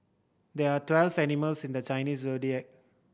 there are twelve animals in the Chinese Zodiac